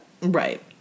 Right